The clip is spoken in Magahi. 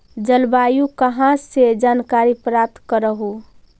जलवायु कहा से जानकारी प्राप्त करहू?